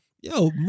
Yo